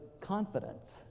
confidence